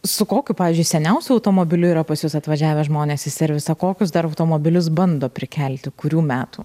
su kokiu pavyzdžiui seniausiu automobiliu yra pas jus atvažiavę žmonės į servisą kokius dar automobilius bando prikelti kurių metų